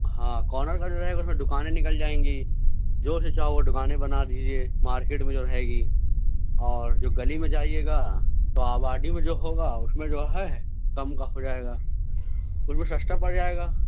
ہاں کارنر کا جو رہے گا اس میں دکانیں نکل جائیں گی جو سے چاہو وہ دوکانیں بنا دیجیے مارکیٹ بھی اس جگہ رہے گی اور جو گلی میں جائے گا تو آبادی میں جو ہوگا اس میں جو ہے کم کا پڑ جائے گا اس میں سستا پڑ جائے گا